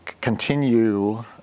continue